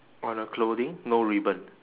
on the clothing no ribbon